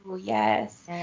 yes